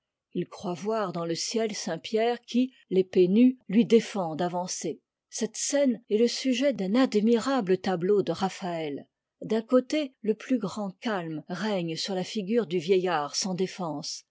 il croit voir dans le ciel saint pierre qui l'épée nue lui défend d'avancer cette scène est le sujet d'un admirable tableau de raphaët d'un côté le plus grand calme règne sur la figure du vieillard sans défense